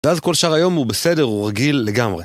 ואז כל שאר היום הוא בסדר, הוא רגיל לגמרי.